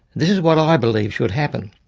this is what i believe should happen